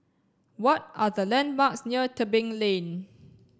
what are the landmarks near Tebing Lane